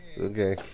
Okay